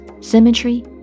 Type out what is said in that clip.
symmetry